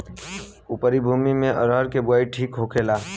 उपरी भूमी में अरहर के बुआई ठीक होखेला?